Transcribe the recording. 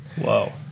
whoa